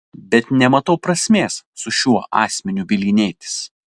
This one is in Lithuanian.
bet nematau prasmės su šiuo asmeniu bylinėtis